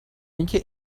اینکه